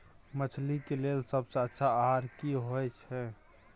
मछली के लेल सबसे अच्छा आहार की होय छै?